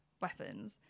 weapons